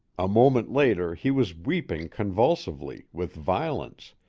a moment later he was weeping convulsively, with violence,